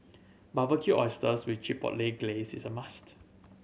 Barbecued Oysters with Chipotle Glaze is a must try